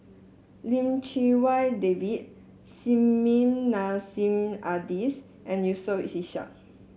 Lim Chee Wai David Nissim Nassim Adis and Yusof Ishak